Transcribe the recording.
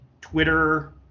Twitter